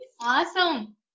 Awesome